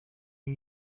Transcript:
new